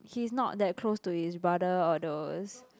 he's not that close to his brother all those